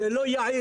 זה לא יעיל.